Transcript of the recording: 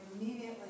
immediately